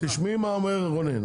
תשמעי מה אומר רונן,